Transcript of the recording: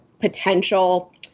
potential